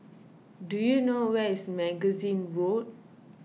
do you know where is Magazine Road